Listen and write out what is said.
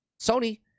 Sony